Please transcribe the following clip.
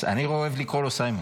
אני אוהב לקרוא לו סיימון.